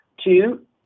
Two